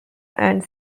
and